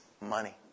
money